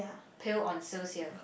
pill on sales here